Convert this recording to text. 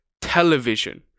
television